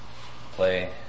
play